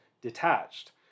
detached